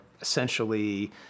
essentially